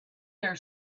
their